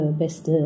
best